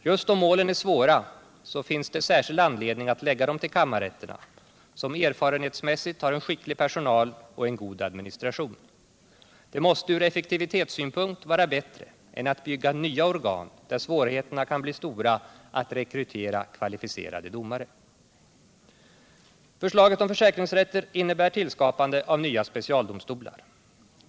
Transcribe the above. Just om målen är svåra finns det särskild anledning att lägga dem till kammarrätterna, som erfarenhetsmässigt har en skicklig personal och en god administration. Det måste från effektivitetssynpunkt vara bättre än att bygga nya organ, där svårigheterna kan bli stora att rekrytera kvalificerade domare. Förslaget om försäkringsrätter innebär tillskapande av nya specialdomstolar.